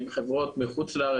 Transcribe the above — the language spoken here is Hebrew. ואחר כך הייתי צריכה לקחת יום חופש,